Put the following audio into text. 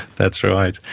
that's right.